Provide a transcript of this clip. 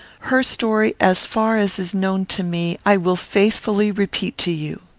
her story, as far as is known to me, i will faithfully repeat to you.